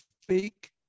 speak